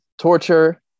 torture